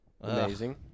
Amazing